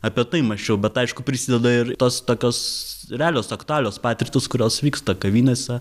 apie tai mąsčiau bet aišku prisideda ir tos tokios realios aktualios patirtys kurios vyksta kavinėse